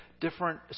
different